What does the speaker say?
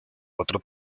otro